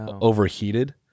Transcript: overheated